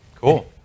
Cool